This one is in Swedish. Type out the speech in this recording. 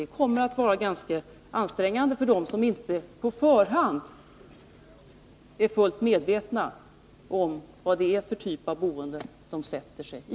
Det kommer att vara ganska ansträngande för dem som inte på förhand är fullt medvetna om vad det är för typ av boende de sätter sig i.